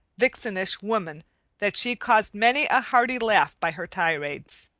vixenish woman that she caused many a hearty laugh by her tirades.